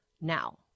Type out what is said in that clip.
now